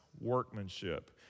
workmanship